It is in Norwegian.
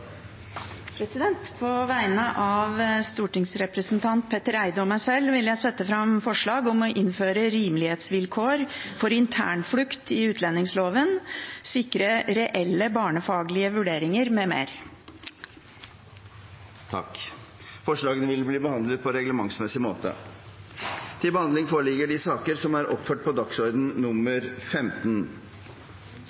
På vegne av stortingsrepresentantene Petter Eide og meg sjøl vil jeg sette fram forslag om å innføre rimelighetsvilkår for internflukt i utlendingsloven, sikre reelle barnefaglige vurderinger mv. Forslagene vil bli behandlet på reglementsmessig måte. Presidenten vil foreslå at taletiden blir begrenset til